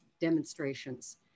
demonstrations